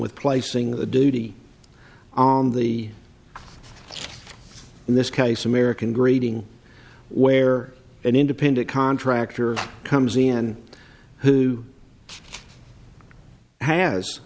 with placing the duty on the in this case american grading where an independent contractor comes in who has